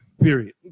Period